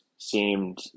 seemed